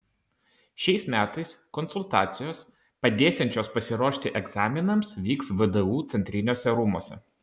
šiais metais konsultacijos padėsiančios pasiruošti egzaminams vyks vdu centriniuose rūmuose